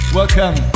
welcome